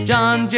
John